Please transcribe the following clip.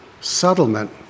settlement